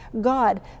God